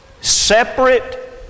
separate